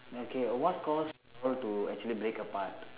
okay what cause you all to actually break apart